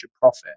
profit